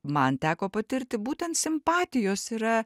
man teko patirti būtent simpatijos yra